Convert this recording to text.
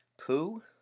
poo